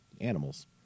animals